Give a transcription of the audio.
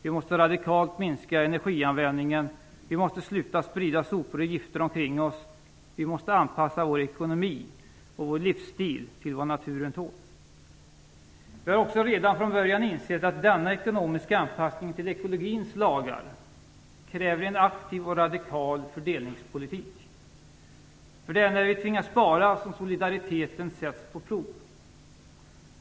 Vi måste radikalt minska energianvändningen. Vi måste sluta sprida sopor och gifter omkring oss. Vi måste anpassa vår ekonomi och vår livsstil till vad naturen tål. Vi har också redan från början insett att denna ekonomiska anpassning till ekologins lagar kräver en aktiv och radikal fördelningspolitik. Det är när vi tvingas att spara som solidariteten sätts på prov.